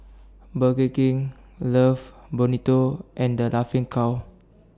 Burger King Love Bonito and The Laughing Cow